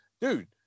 dude